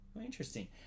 Interesting